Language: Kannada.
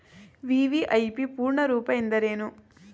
ವಿ.ವಿ.ಐ.ಪಿ ಪೂರ್ಣ ರೂಪ ಎಂದರೇನು?